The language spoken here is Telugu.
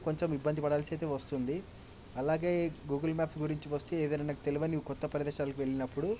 అప్పుడు కొంచెం ఇబ్బంది పడాల్సి అయితే వస్తుంది అలాగే గూగుల్ మ్యాప్స్ గురించి వస్తే ఏదన్నా తెలియవని కొత్త ప్రదేశాలకి వెళ్ళినప్పుడు